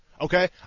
Okay